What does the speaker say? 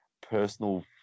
personal